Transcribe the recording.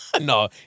No